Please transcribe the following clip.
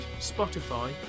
Spotify